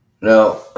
now